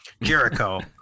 Jericho